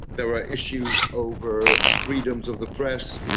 there are issues over freedoms of the press.